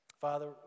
Father